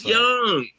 young